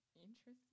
Interesting